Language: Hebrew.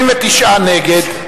69 נגד,